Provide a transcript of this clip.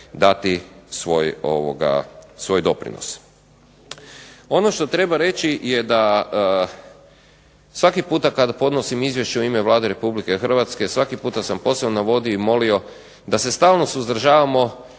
dati svoj doprinos. Ono što treba reći je da svaki puta kad podnosim izvješće u ime Vlade Republike Hrvatske svaki puta sam posebno navodio i molio da se stalno suzdržavamo